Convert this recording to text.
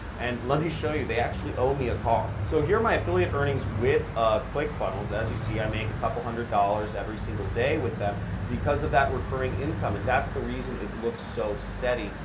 and let me show you. they actually owe me a car. so here are my affiliate earnings with ah click funnels. as you see i make a couple hundred dollars every single day with them because of that recurring income. and that's the reason it looks so steady.